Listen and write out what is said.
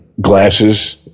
glasses